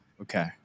okay